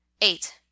eight